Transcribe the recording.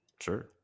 Sure